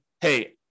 hey